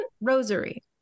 rosary